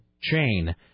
chain